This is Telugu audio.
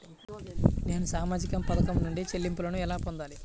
నేను సామాజిక పథకం నుండి చెల్లింపును ఎలా పొందాలి?